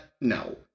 no